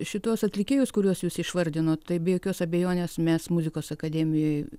šituos atlikėjus kuriuos jūs išvardinot tai be jokios abejonės mes muzikos akademijoj